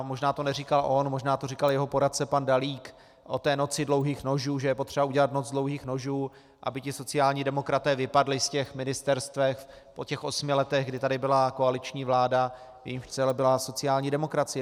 Možná to neříkal on, možná to říkal jeho poradce pan Dalík o té noci dlouhých nožů, že je potřeba udělat noc dlouhých nožů, aby ti sociální demokraté vypadli z těch ministerstev po těch osmi letech, kdy tady byla koaliční vláda, v jejímž čele byla sociální demokracie.